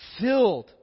filled